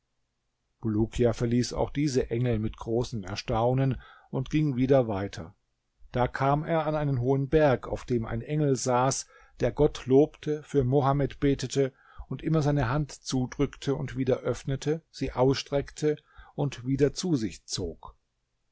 bulukia verließ auch diese engel mit großem erstaunen und ging wieder weiter da kam er an einen hohen berg auf dem ein engel saß der gott lobte für mohammed betete und immer seine hand zudrückte und wieder öffnete sie ausstreckte und wieder zu sich zog